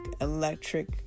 electric